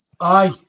Aye